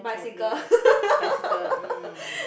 bicycle